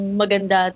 maganda